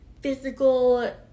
physical